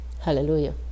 Hallelujah